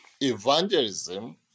Evangelism